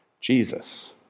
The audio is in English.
Jesus